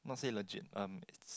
not say legit um it's